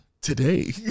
Today